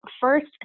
First